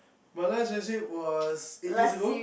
my last relationship was eight years ago